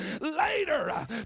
later